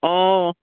অঁ